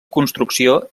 construcció